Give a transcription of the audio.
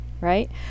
right